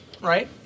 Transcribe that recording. right